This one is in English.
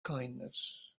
kindness